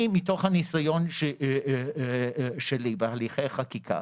אני מתוך הניסיון שלי בהליכי חקיקה